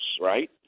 right